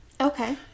Okay